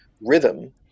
rhythm